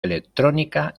electrónica